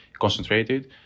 concentrated